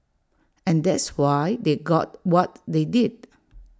and that's why they got what they did